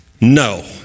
No